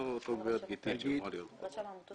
אותה גברת גתית שאמורה להיות כאן.